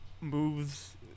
moves